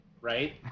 right